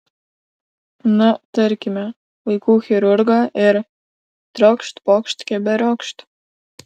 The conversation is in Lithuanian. na tarkime vaikų chirurgą ir triokšt pokšt keberiokšt